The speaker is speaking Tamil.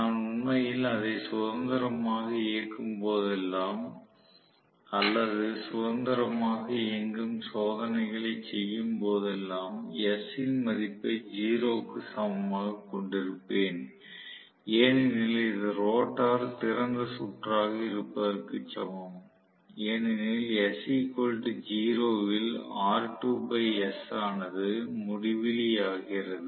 நான் உண்மையில் அதை சுதந்திரமாக இயக்கும் போதெல்லாம் அல்லது சுதந்திரமாக இயங்கும் சோதனைகளை செய்யும் போதெல்லாம் s ன் மதிப்பை 0 க்கு சமமாக கொண்டிருப்பேன் ஏனெனில் இது ரோட்டார் திறந்த சுற்றாக இருப்பதற்கு சமம் ஏனெனில் s 0 இல் R2 s ஆனது முடிவிலி ஆகிறது